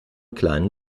kleinen